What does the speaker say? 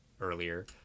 earlier